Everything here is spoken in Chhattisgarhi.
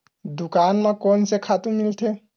दुकान म कोन से खातु मिलथे?